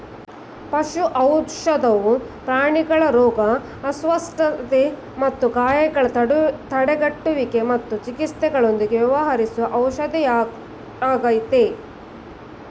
ಪಶು ಔಷಧವು ಪ್ರಾಣಿಗಳ ರೋಗ ಅಸ್ವಸ್ಥತೆ ಮತ್ತು ಗಾಯಗಳ ತಡೆಗಟ್ಟುವಿಕೆ ಮತ್ತು ಚಿಕಿತ್ಸೆಯೊಂದಿಗೆ ವ್ಯವಹರಿಸುವ ಔಷಧಿಯಾಗಯ್ತೆ